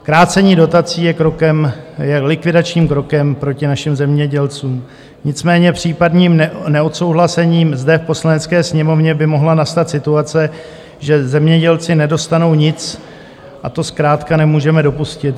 Krácení dotací je krokem, je likvidačním krokem proti našim zemědělcům, nicméně případným neodsouhlasením zde v Poslanecké sněmovně by mohla nastat situace, že zemědělci nedostanou nic, a to zkrátka nemůžeme dopustit.